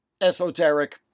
esoteric